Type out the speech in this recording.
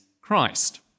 Christ